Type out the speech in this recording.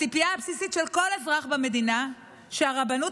הציפייה הבסיסית של כל אזרח במדינה היא שהרבנות